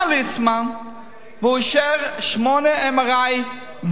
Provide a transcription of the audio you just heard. בא ליצמן ואישר בשלב ראשון שמונה MRI,